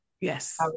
Yes